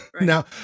now